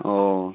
oh